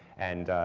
and